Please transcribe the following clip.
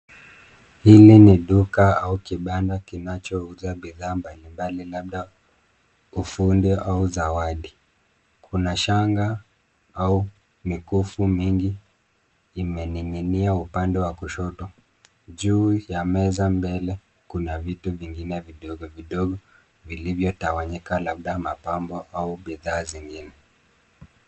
Hili ni duka au kibanda kinachouza bidhaa mbalimbali, labda ufundi au zawadi. Kuna shanga au mikufu mingi imening'inia upande wa kushoto. Juu ya meza mbele kuna vitu vingine vidogo vidogo vilivyotawanyika, labda mapambo au bidhaa zingine.